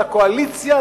לקואליציה,